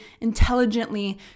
intelligently